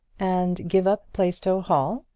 and give up plaistow hall?